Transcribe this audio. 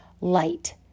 light